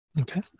Okay